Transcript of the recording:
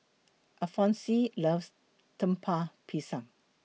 Alphonse loves Lemper Pisang